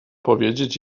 powiedzieć